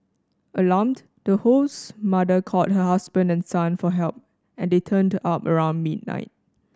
alarmed the host's mother called her husband and son for help and they turned up around midnight